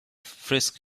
frisk